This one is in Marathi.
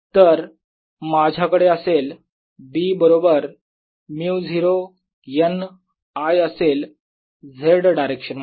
तर माझ्याकडे असेल B बरोबर μ0 n I असेल z डायरेक्शन मध्ये